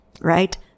right